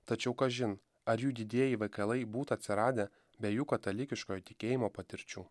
tačiau kažin ar jų didieji veikalai būtų atsiradę be jų katalikiškojo tikėjimo patirčių